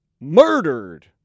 murdered